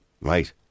Right